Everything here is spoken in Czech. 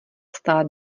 stále